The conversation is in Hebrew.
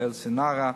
"א-סנארה",